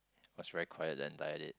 was very quiet the entire date